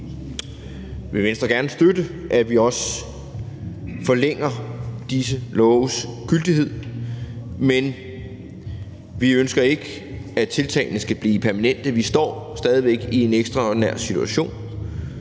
vil Venstre gerne støtte, at vi også forlænger disse loves gyldighed, men vi ønsker ikke, at tiltagene skal blive permanente. Vi står stadig væk i en ekstraordinær situation.